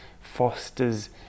fosters